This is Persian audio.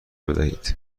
بدهید